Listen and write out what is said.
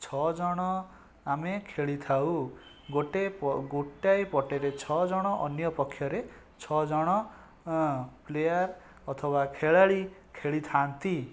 ଛଅ ଜଣ ଆମେ ଖେଳିଥାଉ ଗୋଟିଏ ପଟରେ ଛଅ ଜଣ ଅନ୍ୟ ପକ୍ଷରେ ଛଅ ଜଣ ପ୍ଲେୟାର ଅଥବା ଖେଳାଳି ଖେଳିଥାନ୍ତି